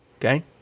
Okay